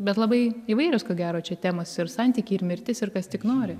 bet labai įvairios ko gero čia temos ir santykiai ir mirtis ir kas tik nori